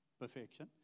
perfection